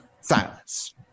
silence